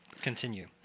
Continue